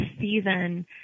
season